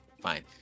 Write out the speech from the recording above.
Fine